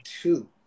two